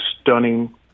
stunning